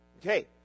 Okay